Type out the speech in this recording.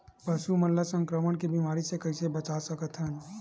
पशु मन ला संक्रमण के बीमारी से कइसे बचा सकथन?